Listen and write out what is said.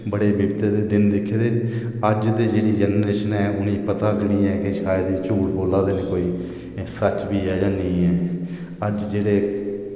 बड़े बिपते दे दिन दिक्खे दे अज्ज दी जेह्ड़ी जेनरेशन ऐ उनें ई पता क नेईं ऐ के शायद एह् झूठ बोल्ला दे न कोई सच बी ऐ जां नेईं ऐ अज्ज जेह्ड़े